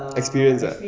experience ah